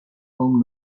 home